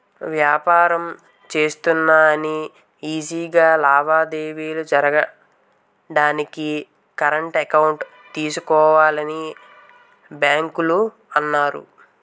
వ్యాపారం చేస్తున్నా అని ఈజీ గా లావాదేవీలు జరగడానికి కరెంట్ అకౌంట్ తీసుకోవాలని బాంకోల్లు అన్నారు